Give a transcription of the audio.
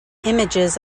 images